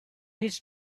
his